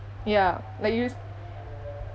ya like you s~